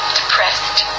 depressed